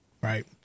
Right